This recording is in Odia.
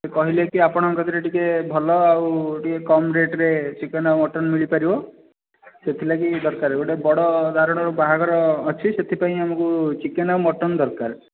ସେ କହିଲେ କି ଆପଣଙ୍କ କତିରେ ଟିକେ ଭଲ ଆଉ ଟିକେ କମ୍ ରେଟ ରେ ଚିକେନ ଆଉ ମଟନ ମିଳିପାରିବ ସେଥିଲାଗି ଦରକାର ଗୋଟେ ବଡ଼ ଧାରଣ ର ବାହାଘର ଅଛି ସେଥିପାଇଁ ଆମକୁ ଚିକେନ ଆଉ ମଟନ ଦରକାର